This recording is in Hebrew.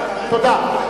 תודה.